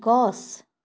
গছ